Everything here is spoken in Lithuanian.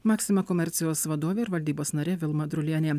maxima komercijos vadovė ir valdybos narė vilma drulienė